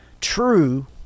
true